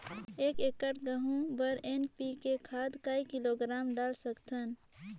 एक एकड़ गहूं बर एन.पी.के खाद काय किलोग्राम डाल सकथन?